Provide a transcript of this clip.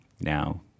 now